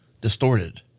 distorted